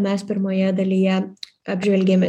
mes pirmoje dalyje apžvelgėme